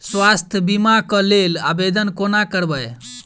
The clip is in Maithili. स्वास्थ्य बीमा कऽ लेल आवेदन कोना करबै?